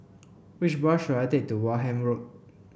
which bus should I take to Wareham Road